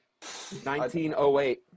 1908